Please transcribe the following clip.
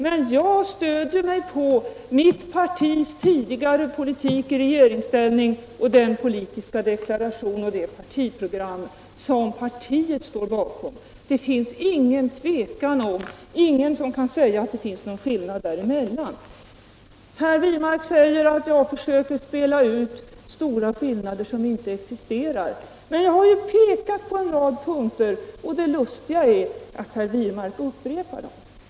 Men jag stöder mig på mitt partis tidigare politik i regeringsställning och den politiska deklaration och det politiska program som partiet står bakom. Ingen kan siäga att det finns någon skillnad däremellan. Herr Wirmark säger att jag försöker spela ut stora skillnader som inte existerar. Men jag har ju pekat på en rad punkter, och det lustiga är att herr Wirmark upprepar dem.